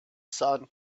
sun